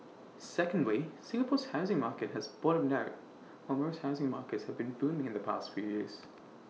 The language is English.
secondly Singapore's housing market has bottomed out while most housing markets have been booming in the past few years